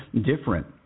different